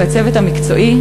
והצוות המקצועי,